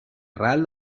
ral